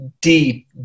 deep